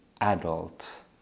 adult